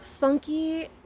funky